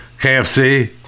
KFC